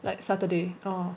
like saturday oh